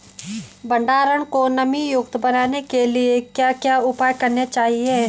भंडारण को नमी युक्त बनाने के लिए क्या क्या उपाय करने चाहिए?